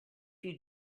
you